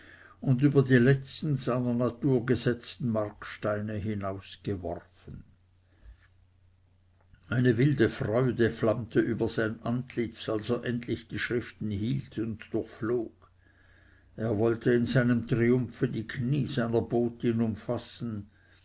und über die letzten seiner natur gesetzten marksteine hinausgeworfen eine wilde freude flammte über sein antlitz als er endlich die schriften hielt und durchflog er wollte in seinem triumphe die kniee seiner botin umfassen